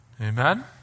Amen